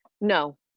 No